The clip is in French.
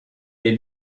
est